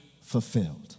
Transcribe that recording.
fulfilled